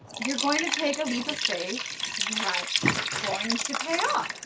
you're going to take a leap of faith that's going to pay off.